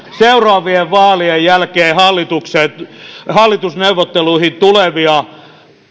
seuraavien vaalien jälkeen hallitusneuvotteluihin tulevia